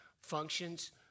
functions